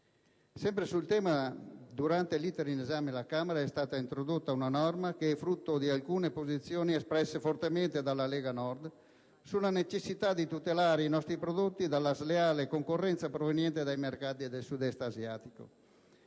Sempre sul tema, durante l'*iter* di esame alla Camera, è stata introdotta una norma, frutto di alcune posizioni espresse fortemente dalla Lega Nord, sulla necessità di tutelare i nostri prodotti dalla sleale concorrenza proveniente dai mercati del Sud-Est asiatico.